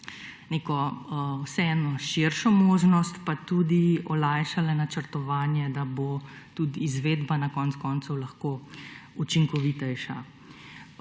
vseeno širšo možnost, pa tudi olajšale načrtovanje, da bo izvedba na koncu koncev lahko učinkovitejša.